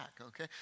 okay